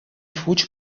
fuig